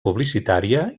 publicitària